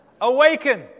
awaken